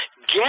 Get